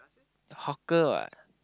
hawker what